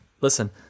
listen